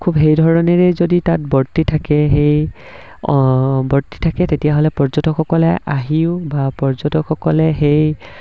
খুব সেই ধৰণেৰে যদি তাত বৰ্তি থাকে সেই বৰ্তি থাকে তেতিয়াহ'লে পৰ্যটকসকলে আহিও বা পৰ্যটকসকলে সেই